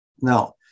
Now